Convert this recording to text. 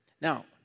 Now